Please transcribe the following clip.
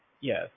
yes